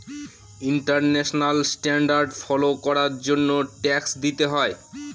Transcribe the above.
international standard follow করার জন্য tax দিতে হয়